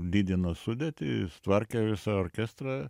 didino sudėtį jis tvarkė visą orkestrą